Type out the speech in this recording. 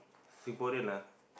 Singaporean lah